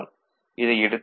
இதை எடுத்துக் கொண்டு Z 0